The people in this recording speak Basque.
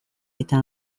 eta